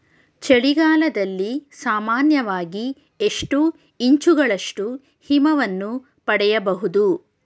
ಚಳಿಗಾಲದಲ್ಲಿ ಸಾಮಾನ್ಯವಾಗಿ ಎಷ್ಟು ಇಂಚುಗಳಷ್ಟು ಹಿಮವನ್ನು ಪಡೆಯಬಹುದು?